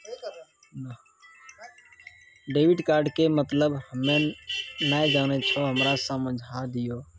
Debit card के मतलब हम्मे नैय जानै छौ हमरा समझाय दियौ?